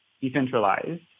decentralized